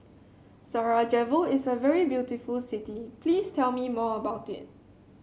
Sarajevo is a very beautiful city Please tell me more about it